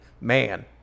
man